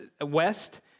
west